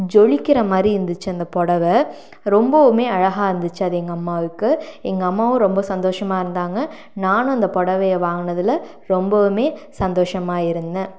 ஜொலிக்கிற மாரி இருந்துச்சு அந்த புடவ ரொம்பவுமே அழகாக இருந்துச்சு அது எங்கள் அம்மாவுக்கு எங்கள் அம்மாவும் ரொம்ப சந்தோஷமாக இருந்தாங்க நானும் அந்த புடவைய வாங்கினதுல ரொம்பவுமே சந்தோஷமாக இருந்தேன்